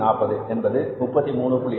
40 என்பது 33